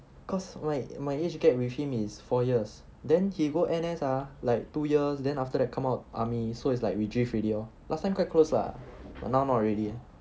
cause my my age gap with him is four years then he go N_S ah like two years then after that come out army so it's like we drift already lor last time quite close lah but now not already